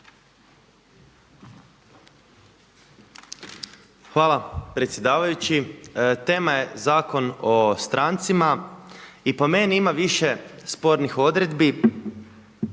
Hvala predsjedavajući. Tema je Zakon o strancima i po meni ima više spornih odredbi,